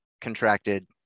contracted